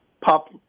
pop